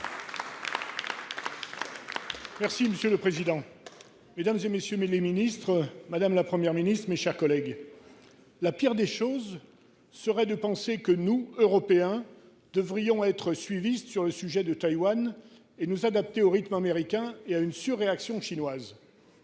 Monsieur le président, madame la Première ministre, mesdames, messieurs les ministres, mes chers collègues, « La pire des choses serait de penser que nous, Européens, devrions être suivistes sur [le] sujet [de Taïwan] et nous adapter au rythme américain et à une surréaction chinoise